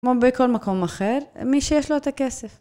כמו בכל מקום אחר, מי שיש לו את הכסף.